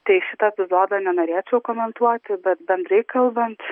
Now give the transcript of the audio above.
tai šito epizodo nenorėčiau komentuoti bet bendrai kalbant